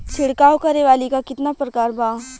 छिड़काव करे वाली क कितना प्रकार बा?